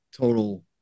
total